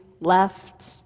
left